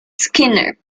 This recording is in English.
skinner